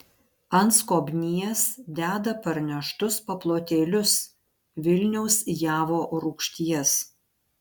ant skobnies deda parneštus paplotėlius vilniaus javo rūgšties